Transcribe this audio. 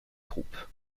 troupe